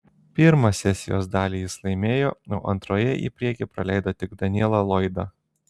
pirmą sesijos dalį jis laimėjo o antroje į priekį praleido tik danielą lloydą